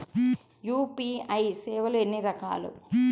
UPI సేవలు ఎన్నిరకాలు?